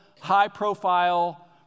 high-profile